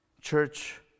Church